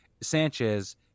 Sanchez